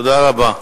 תודה רבה.